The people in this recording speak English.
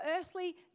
earthly